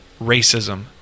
racism